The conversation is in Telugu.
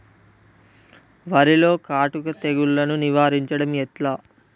వరిలో కాటుక తెగుళ్లను నివారించడం ఎట్లా?